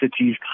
cities